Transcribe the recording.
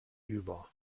über